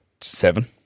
Seven